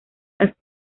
las